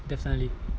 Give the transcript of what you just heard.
definitely